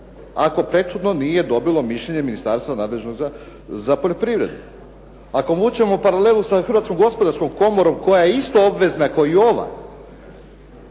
ako prethodno nije dobilo mišljenje ministarstva nadležnog za poljoprivredu. Ako vučemo paralelu sa Hrvatskom gospodarskom komorom koja je isto obavezna kao ova,